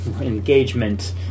engagement